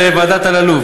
ולוועדת אלאלוף?